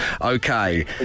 Okay